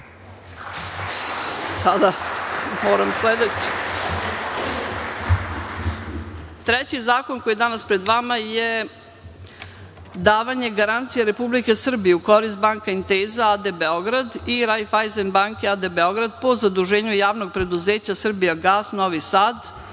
zakon koji je danas pred vama je davanje garancije Republike Srbije u korist „Banka Inteza“ a.d. Beograd i „Rajfajzen Banke“ a.d. Beograd, po zaduženju javnog preduzeća „Srbijagas“ Novi Sad,